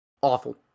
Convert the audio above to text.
awful